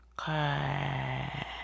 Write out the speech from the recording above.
Okay